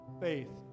faith